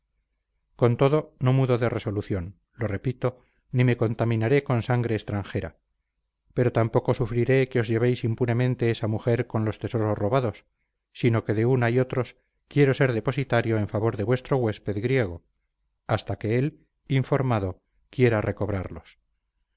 con todo no mudo de resolución lo repito ni me contaminaré con sangre extranjera pero tampoco sufriré que os llevéis impunemente esa mujer con los tesoros robados sino que de una y otros quiero ser depositario en favor de vuestro huésped griego hasta que él informado quiera recobrarlos